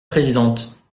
présidente